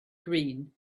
green